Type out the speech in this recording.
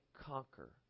conquer